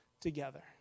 together